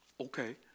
Okay